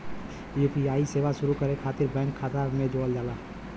UPI सेवा शुरू करे खातिर बैंक खाता से जोड़ना पड़ला